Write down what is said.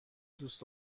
دوست